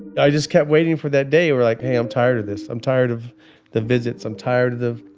i just kept waiting for that day where like, hey, i'm tired of this. i'm tired of the visits. i'm tired of the,